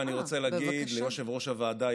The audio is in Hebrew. ואני רוצה להגיד ליושב-ראש הוועדה,